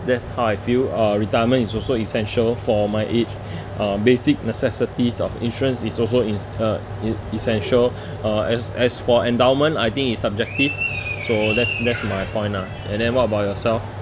that's how I feel uh retirement is also essential for my age uh basic necessities of insurance is also is uh e~ essential uh as as for endowment I think it's subjective so that's that's my point ah and then what about yourself